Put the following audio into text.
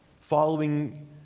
following